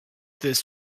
this